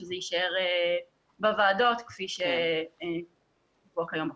שזה יישאר בוועדות כפי שקבוע כיום בחוק.